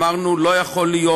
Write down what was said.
אמרנו: לא יכול להיות,